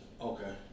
Okay